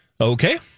Okay